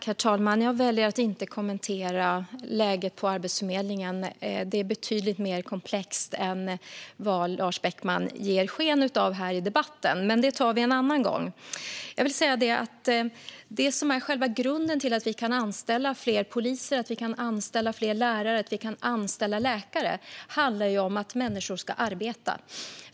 Herr talman! Jag väljer att inte kommentera läget på Arbetsförmedlingen. Det är betydligt mer komplext än vad Lars Beckman ger sken av i debatten. Det tar vi en annan gång. Det som är själva grunden till att vi kan anställa fler poliser, lärare eller läkare handlar om att människor ska arbeta.